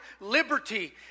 liberty